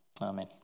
Amen